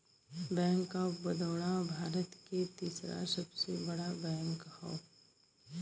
bank of Baroda Bharat के तीसरा सबसे बड़ा बैंक हौ